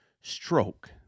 stroke